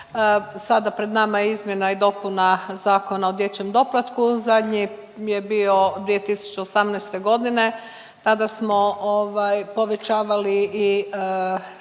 Sada pred nama je izmjena i dopuna Zakona o dječjem doplatku zadnji je bio 2018.g. tada smo povećavali i